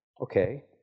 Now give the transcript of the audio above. Okay